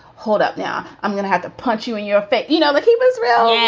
hold up. now i'm going to have to punch you in your face. you know, like he was real. yeah